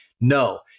No